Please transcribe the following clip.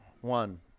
One